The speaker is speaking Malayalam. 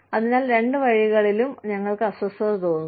അതിനാൽ രണ്ട് വഴികളിലും ഞങ്ങൾക്ക് അസ്വസ്ഥത തോന്നുന്നു